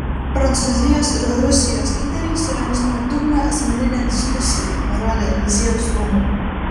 prancūzijos ir rusijos lyderiai surengs nuodugnią asmeninę diskusiją nurodė eliziejaus rūmai